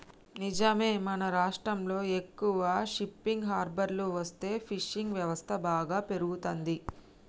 నిజమే మన రాష్ట్రంలో ఎక్కువ షిప్పింగ్ హార్బర్లు వస్తే ఫిషింగ్ వ్యవస్థ బాగా పెరుగుతంది